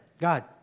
God